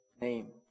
name